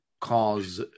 cause